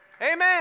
Amen